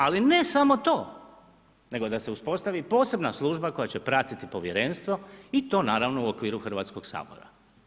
Ali ne samo to, nego da se uspostavi posebna služba koja će pratiti povjerenstvo i to naravno u okviru Hrvatskog sabora.